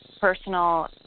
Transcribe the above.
personal